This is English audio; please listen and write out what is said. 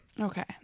Okay